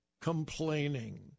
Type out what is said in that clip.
complaining